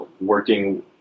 working